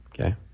Okay